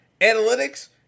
analytics